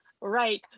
right